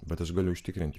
bet aš galiu užtikrinti